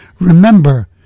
Remember